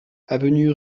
avenue